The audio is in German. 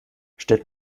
stellt